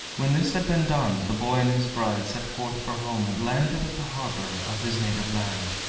when this had been done the boy and his bride set forth for home, and landed at the harbor of his native land.